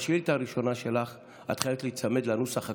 בשאילתה הראשונה שלך את חייבת להיצמד לנוסח הכתוב,